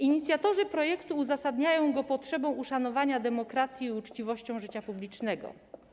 Inicjatorzy projektu uzasadniają go potrzebą uszanowania demokracji i uczciwością życia publicznego.